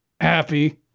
Happy